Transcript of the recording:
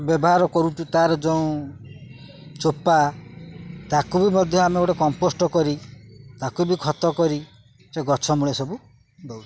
ବ୍ୟବହାର କରୁଛୁ ତାର ଯେଉଁ ଚୋପା ତାକୁ ବି ମଧ୍ୟ ଆମେ ଗୋଟେ କମ୍ପୋଷ୍ଟ କରି ତାକୁ ବି ଖତ କରି ସେ ଗଛ ମୂଳେ ସବୁ ଦେଉଛୁ